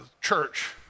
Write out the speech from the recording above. church